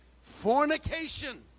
fornication